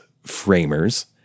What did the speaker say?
framers